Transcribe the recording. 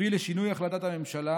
הביא לשינוי החלטת הממשלה.